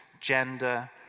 gender